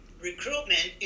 recruitment